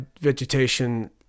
vegetation